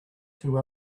two